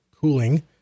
cooling